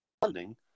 funding